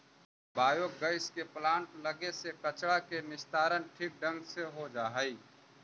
biogas के plant लगे से कचरा के निस्तारण ठीक ढंग से हो जा हई